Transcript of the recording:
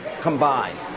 combined